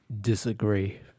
Disagree